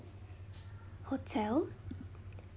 hotel